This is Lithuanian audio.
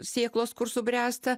sėklos kur subręsta